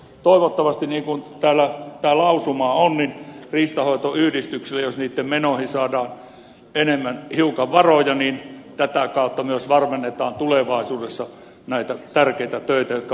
toivottavasti niin kuin lausumassa on jos riistanhoitoyhdistysten menoihin saadaan hiukan enemmän varoja tätä kautta myös varmennetaan tulevaisuudessa näitä tärkeitä töitä jotka mainitsin